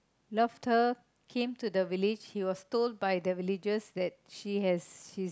loved her came to the village he was told by the villagers that she has she's